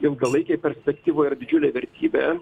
ilgalaikėj perspektyvoj yra didžiulė vertybė